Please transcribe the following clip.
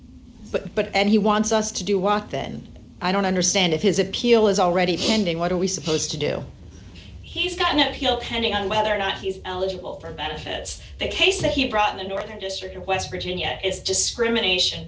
but but and he wants us to do wot then i don't understand if his appeal is already pending what are we supposed to do he's got no he'll pending on whether or not he's eligible for benefits the case that he brought in the northern district of west virginia is just crimin